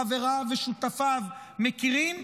חבריו ושותפיו מכירים,